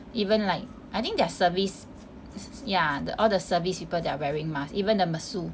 even like I think their service yeah all the service people they are wearing mask even the masseur